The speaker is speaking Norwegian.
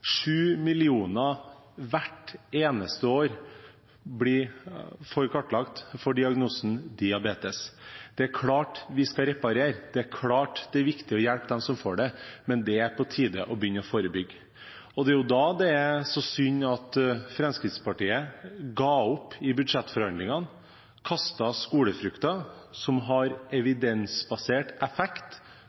millioner hvert eneste år får diagnosen diabetes. Det er klart at vi skal reparere, det er klart at det er viktig å hjelpe dem som får det, men det er på tide å begynne å forebygge. Det er jo da det er så synd at Fremskrittspartiet ga opp i budsjettforhandlingene og kastet skolefrukten, som har evidensbasert effekt